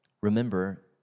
Remember